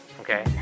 okay